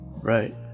Right